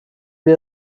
wir